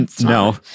No